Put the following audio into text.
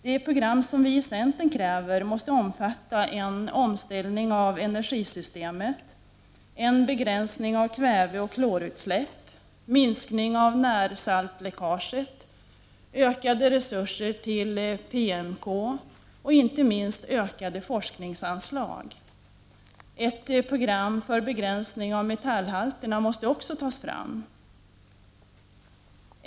Det program som vi i centern kräver måste omfatta en omställning av energisystemet, en begränsning av kväveoch klorutsläpp, en minskning av närsaltläckaget, ökade resurser till PMK och inte minst ökade forskningsanslag. Ett program för en begränsning av metallhalterna måste också tas fram.